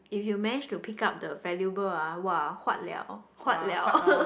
if you manage to pick up the valuable ah !wah! huat liao huat liao